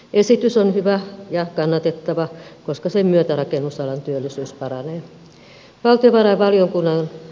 esitys on hyvä ja kannatettava koska sen myötä rakennusalan työllisyys paranee